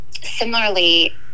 Similarly